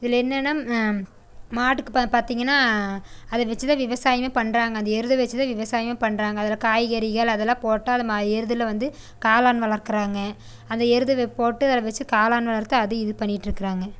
இதில் என்னெனா மாட்டுக்கு பார்த்திங்கனா அதை வச்சி தான் விவசாயம் பண்ணுறாங்க அந்த எருதை வச்சி தான் விவசாயம் பண்ணுறாங்க அதில் காய்கறிகள் அதெலாம் போட்டால் நம்ம எருதில் வந்து காளான் வளர்க்கிறாங்க அந்த எருதை போட்டு அதை வச்சு காளான் வளர்த்து அதை இது பண்ணிட்டு இருக்காங்க